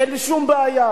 אין לי שום בעיה,